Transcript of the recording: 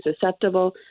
susceptible